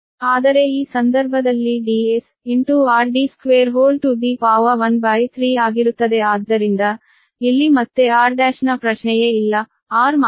ಆದರೆ ಈ ಸಂದರ್ಭದಲ್ಲಿ Ds 13 ಆಗಿರುತ್ತದೆ ಆದ್ದರಿಂದ ಇಲ್ಲಿ ಮತ್ತೆ r1 ನ ಪ್ರಶ್ನೆಯೇ ಇಲ್ಲ r ಮಾತ್ರ